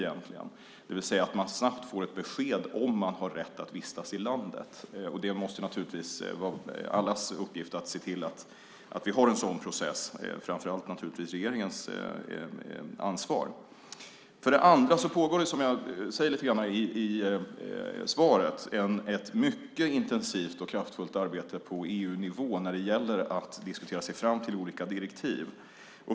Det betyder att den sökande snabbt får besked om han eller hon har rätt att vistas i landet. Det måste naturligtvis vara allas uppgift att se till att vi har en sådan process. Framför allt är det förstås regeringens ansvar. För det andra pågår, som jag också lite grann tog upp i mitt första inlägg, ett mycket intensivt och kraftfullt arbete på EU-nivå när det gäller att diskutera sig fram till olika direktiv.